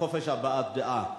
לחופש הבעת דעה.